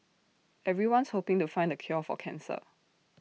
everyone's hoping to find the cure for cancer